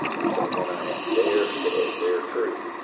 and so, then i have their story, their truth.